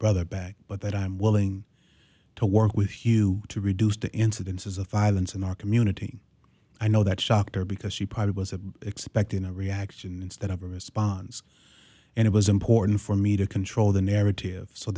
brother back but that i'm willing to work with hugh to reduce the incidences of filings in our community i know that shocked her because she probably was a expecting a reaction instead of a response and it was important for me to control the narrative so